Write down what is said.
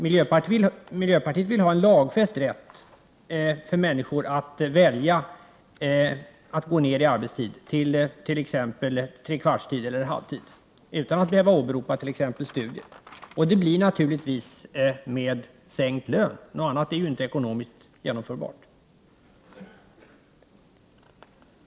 Miljöpartiet vill ha en lagfäst rätt för människor att välja att gå ner i arbetstid till t.ex. tre fjärdedels tid eller halvtid, utan att man t.ex. behöver åberopa studier. Det medför naturligtvis sänkt lön, något annat är ju inte ekonomiskt genomförbart.